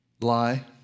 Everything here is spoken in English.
lie